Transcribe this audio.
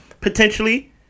potentially